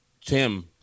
Tim